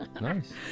nice